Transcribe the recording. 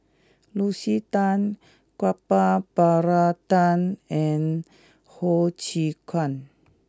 Lucy Tan Gopal Baratham and Ho Chee Kong